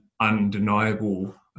undeniable